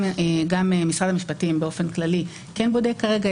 גם משרד המשפטים כן בודק כרגע,